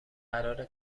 قرار